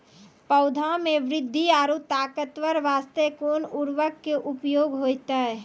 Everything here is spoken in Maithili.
पौधा मे बृद्धि और ताकतवर बास्ते कोन उर्वरक के उपयोग होतै?